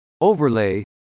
overlay